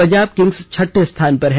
Punjab Kings छठे स्थान पर हैं